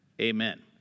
Amen